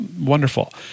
wonderful